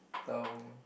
term